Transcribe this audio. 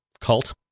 cult